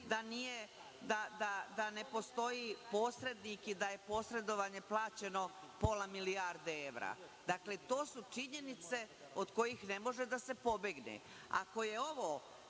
da ne postoji posrednik i da je posredovanje plaćeno pola milijarde evra. To su činjenice od kojih ne može da se pobegne. Ako